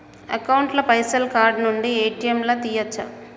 Account ల పైసల్ card నుండి ఏ.టి.ఎమ్ లా తియ్యచ్చా?